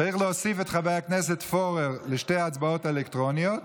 צריך להוסיף את חבר הכנסת פורר לשתי ההצבעות האלקטרוניות.